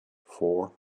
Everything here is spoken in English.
four